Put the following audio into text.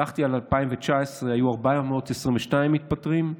הלכתי על 2019, היו 422 מתפטרים,